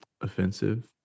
offensive